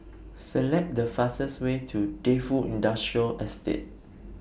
Select The fastest Way to Defu Industrial Estate